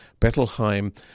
Bettelheim